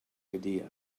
idea